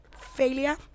Failure